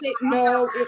No